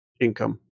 income